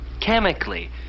chemically